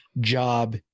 job